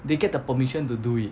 they get the permission to do it